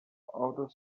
outer